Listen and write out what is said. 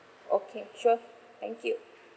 okay sure thank you